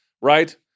Right